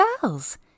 girls